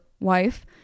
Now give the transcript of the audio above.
wife